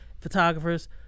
photographers